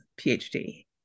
PhD